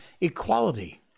equality